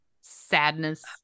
Sadness